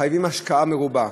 וחייבים השקעה מרובה,